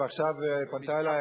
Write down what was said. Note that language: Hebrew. ועכשיו פנתה אלי,